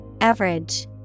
Average